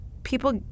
people